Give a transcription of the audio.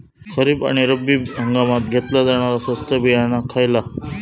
खरीप आणि रब्बी हंगामात घेतला जाणारा स्वस्त बियाणा खयला?